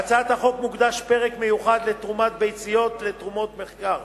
בהצעת החוק מוקדש פרק מיוחד לתרומת ביציות למטרות מחקר,